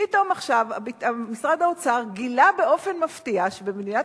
פתאום עכשיו משרד האוצר גילה באופן מפתיע שבמדינת